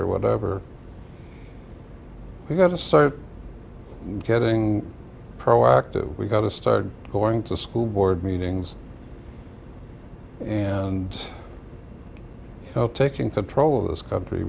or whatever you got to start getting proactive we've got to start going to school board meetings and taking control of this country